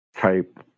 type